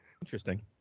Interesting